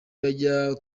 bajya